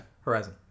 Horizon